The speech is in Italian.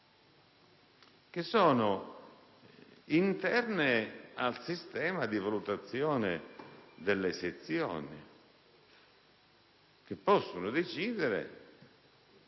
che è interno al sistema di valutazione delle sezioni, le quali possono decidere